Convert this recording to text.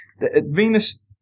Venus